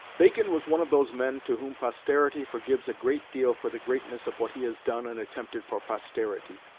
bacon was one of those men to whom posterity forgives a great deal for the greatness of what he has done and attempted for posterity.